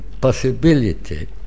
possibility